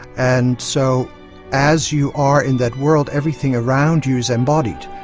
and so as you are in that world everything around you is embodied.